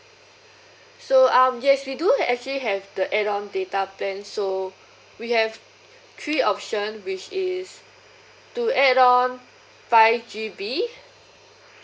so um yes we do have actually have the add on data plan so we have three option which is to add on five G_B